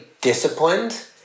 disciplined